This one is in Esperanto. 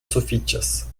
sufiĉas